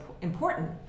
important